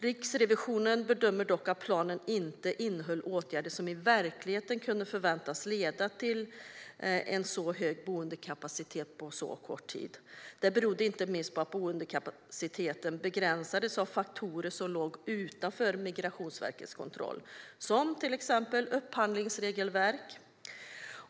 Riksrevisionen bedömer dock att planen inte innehöll åtgärder som kunde förväntas leda till så hög boendekapacitet på så kort tid i verkligheten. Det berodde inte minst på att boendekapaciteten begränsades av faktorer som låg utanför Migrationsverkets kontroll, till exempel upphandlingsregelverk.